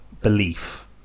Belief